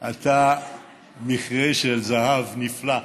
אתה מכרה של זהב נפלא.